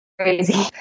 crazy